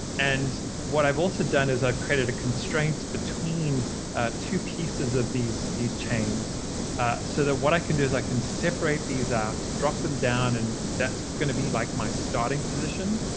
and what i've also done is i've created a constraint between two pieces of these these chains so that what i can do is i can separate these out, drop them down, and that's going to be like my starting position.